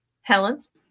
Helen's